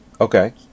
Okay